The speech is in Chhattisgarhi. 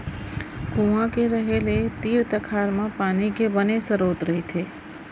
कुँआ के रहें ले तीर तखार म पानी के बने सरोत रहिथे